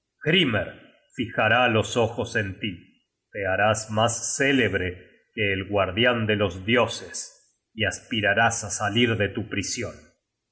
hrymer fijará los ojos en tí te harás mas célebre que el guardian de los dioses y aspirarás á salir de tu prision